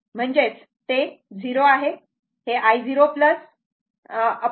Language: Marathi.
हे i0 0 00